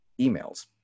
Emails